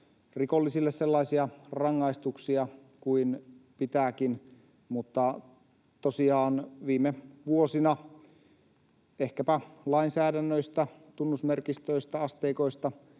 rikollisille sellaisia rangaistuksia kuin pitääkin. Mutta tosiaan viime vuosina — ehkäpä lainsäädännöistä, tunnusmerkistöistä, asteikoista